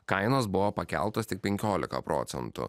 kainos buvo pakeltos tik penkiolika procentų